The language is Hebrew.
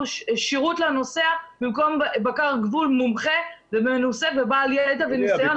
שירות לנוסע במקום בקר גבול מומחה מנוסה ובעל ידע וניסיון.